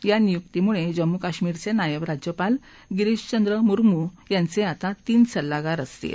या नियुक्तीमुळे जम्मू कश्मीरचे नायब राज्यपाल गिरीषचंद्र मुर्मू यांचे आता तीन सल्लागार असतील